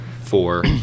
four